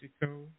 Mexico